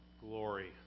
Glory